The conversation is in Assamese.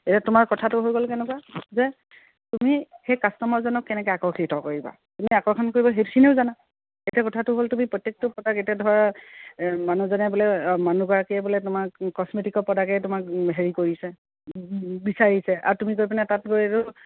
এতিয়া তোমাৰ কথাটো হৈ গ'ল কেনেকুৱা যে তুমি সেই কাষ্টমাৰজনক কেনেকৈ আকৰ্ষিত কৰিবা তুমি আকৰ্ষণ কৰিব সেইখিনিও জানা এতিয়া কথাটো হ'ল তুমি প্ৰত্যেকটো প্ৰডাক্ট এতিয়া ধৰা মানুহজনে বোলে মানুহগৰাকীয়ে বোলে তোমাক কস্মেটিকৰ প্ৰডাক্টেই তোমাক হেৰি কৰিছে বিচাৰিছে আৰু তুমি গৈ পিনে তাত গৈ এইটো